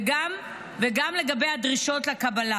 וגם לגבי הדרישות לקבלה,